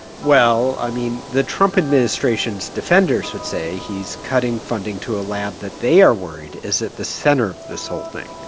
well, i mean, the trump administration's defenders would say he's cutting funding to a lab that they are worried is at the center of this whole thing.